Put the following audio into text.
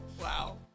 wow